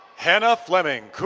hannah fleming,